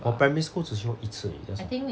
我 primary school 只去过一次而已 that's all